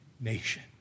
nation